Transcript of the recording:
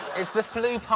is the flue,